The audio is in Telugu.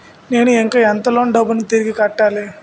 నేను ఇంకా ఎంత లోన్ డబ్బును తిరిగి కట్టాలి?